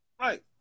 right